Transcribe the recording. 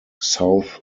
south